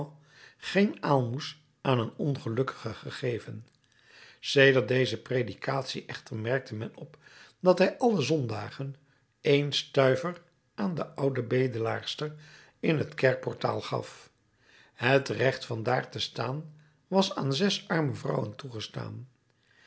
geen aalmoes aan een ongelukkige gegeven sedert deze predikatie echter merkte men op dat hij alle zondagen een stuiver aan de oude bedelaarsters in het kerkportaal gaf het recht van daar te staan was aan zes arme vrouwen toegestaan